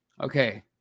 Okay